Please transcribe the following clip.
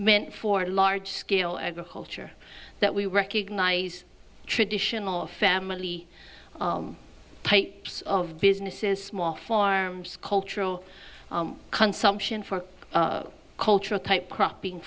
meant for large scale agriculture that we recognize traditional family types of businesses small farms cultural consumption for cultural type cropping